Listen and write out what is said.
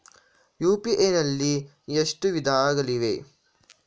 UPI ನಲ್ಲಿ ಎಷ್ಟು ವಿಧಗಳಿವೆ?